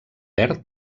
verd